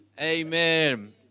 Amen